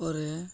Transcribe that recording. ପରେ